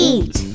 Eat